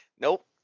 nope